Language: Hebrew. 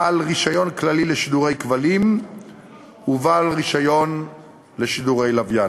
בעל רישיון כללי לשידורי כבלים ובעל רישיון לשידורי לוויין.